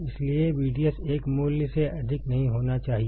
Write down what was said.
इसलिए VDS एक मूल्य से अधिक नहीं होना चाहिए